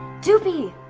doopey,